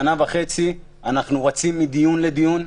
שנה וחצי אנחנו רצים מדיון לדיון.